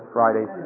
Friday